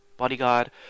Bodyguard